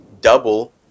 double